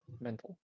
mental